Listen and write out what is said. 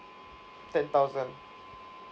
ten thousand